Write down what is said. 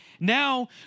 Now